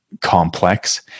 Complex